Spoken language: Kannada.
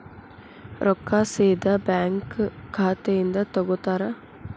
ರೊಕ್ಕಾ ಸೇದಾ ಬ್ಯಾಂಕ್ ಖಾತೆಯಿಂದ ತಗೋತಾರಾ?